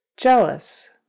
Jealous